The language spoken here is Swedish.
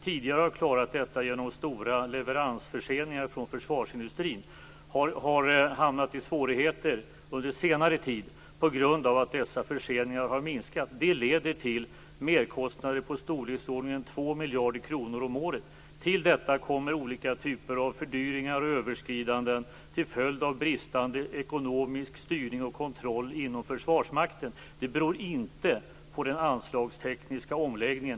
Tidigare har man klarat detta tack vare stora leveransförseningar från försvarsindustrin men har under senare tid hamnat i svårigheter på grund av att dessa förseningar har minskat. Det leder till merkostnader i storleksordningen 2 miljarder kronor om året. Till detta kommer olika typer av fördyringar och överskridanden till följd av bristande ekonomisk styrning och kontroll inom Försvarsmakten. De beror inte på den anslagstekniska omläggningen.